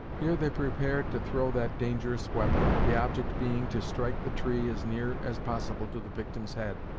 here they prepared to throw that dangerous weapon, the object being to strike the tree as near as possible to the victim's head,